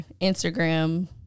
Instagram